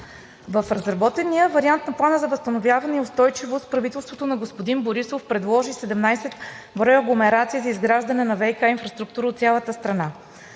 В разработения вариант на Плана за възстановяване и устойчивост правителството на господин Борисов предложи 17 броя агломерации за изграждане на ВиК инфраструктура от цялата страна.